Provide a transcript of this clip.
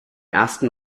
ersten